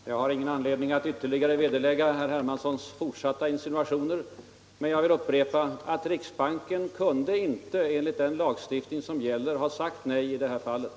Herr talman! Jag har ingen anledning att ytterligare vederlägga herr Hermanssons fortsatta insinuationer. Men jag vill upprepa att riksbanken, enligt den lagstuftning som gäller, inte kunde ha sagt nej i det här fallet.